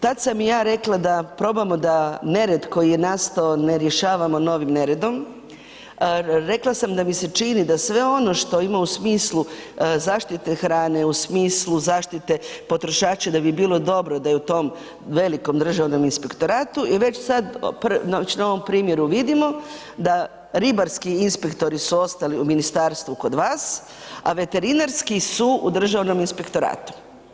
Tad sam ja rekla da probamo da nered koji je nastao ne rješavamo novim neredom, rekla sam da mi se čini da sve ono što ima u smislu zaštite hrane, u smislu zaštite potrošača da bi bilo dobro da je u tom velikom Državnom inspektoratu i već sad, već na ovom primjeru vidimo da ribarski inspektori su ostali u ministarstvu kod vas, a veterinarski su u Državnom inspektoratu.